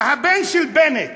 הבן של בנט